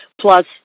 plus